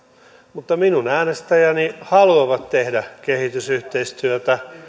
mutta minun äänestäjäni haluavat tehdä kehitysyhteistyötä